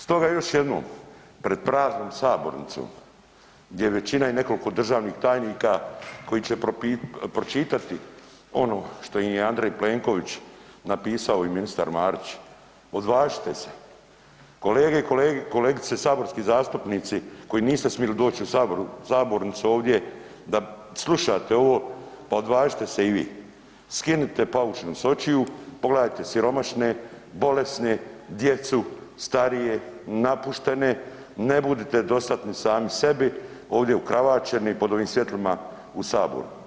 Stoga još jednom, pred praznom sabornicom gdje većina i nekoliko državnih tajnika koji će pročitati ono što im je Andrej Plenković napisao i ministar Marić, odvažite se kolege i kolegice saborski zastupnici koji niste smili doći u sabornicu ovdje da slušate ovo, pa odvažite se i vi, skinite paučinu s očiju, pogledajte siromašne, bolesne, djecu, starije, napuštene, ne budite dostatni sami sebi ovdje ukravaćeni pod ovim svjetlima u saboru.